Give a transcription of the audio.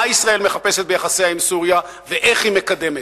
מה ישראל מחפשת ביחסיה עם סוריה ואיך היא מקדמת.